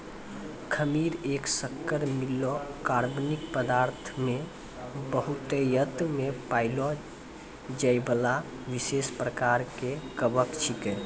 खमीर एक शक्कर मिललो कार्बनिक पदार्थ मे बहुतायत मे पाएलो जाइबला विशेष प्रकार के कवक छिकै